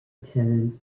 tenant